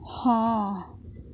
ہاں